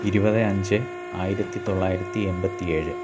ഇരുപത് അഞ്ച് ആയിരത്തി തൊള്ളായിരത്തി എമ്പത്തി ഏഴ്